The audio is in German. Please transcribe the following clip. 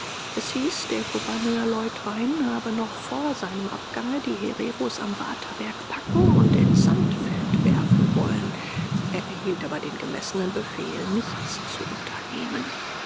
es hieß der gouverneur leutwein habe noch vor seinem abgange die hereros am waterberg packen und ins sandfeld werfen wollen er erhielt aber den gemessenen befehl nichts zu unternehmen